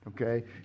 Okay